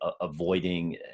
avoiding